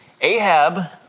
Ahab